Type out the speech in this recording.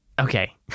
Okay